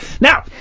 Now